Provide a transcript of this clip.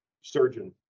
surgeon